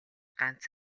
ганц